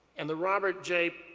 and the robert j.